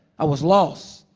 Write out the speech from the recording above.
i was lost,